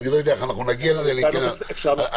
אריאל קלנר, בבקשה.